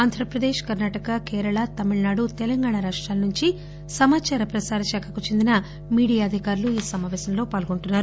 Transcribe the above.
ఆంధ్రప్రదేశ్ కర్పాటక కేరళ తమిళనాడు తెలంగాణ రాష్టాల నుంచి సమాచార ప్రసార శాఖకు చెందిన మీడియా అధికారులు ఈ సమావేశంలో పాల్గొంటున్నారు